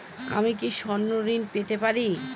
আমি কি স্বর্ণ ঋণ পেতে পারি?